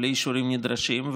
בלי אישורים נדרשים,